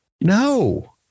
no